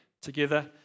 together